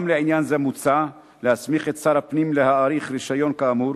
גם לעניין זה מוצע להסמיך את שר הפנים להאריך רשיון כאמור,